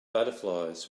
butterflies